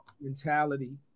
mentality